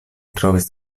trovis